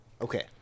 Okay